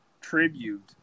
tribute